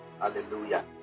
Hallelujah